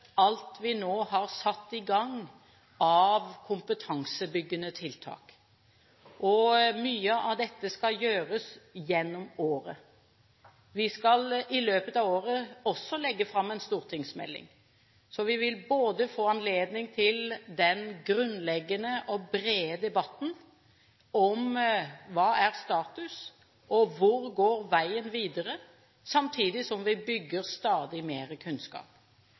alt vi nå har satt i gang av kompetansebyggende tiltak. Mye av dette skal gjøres gjennom året. Vi skal i løpet av året også legge fram en stortingsmelding. Så vi vil få anledning til den grunnleggende og brede debatten om hva status er, og hvor veien videre går, samtidig som vi bygger stadig mer kunnskap.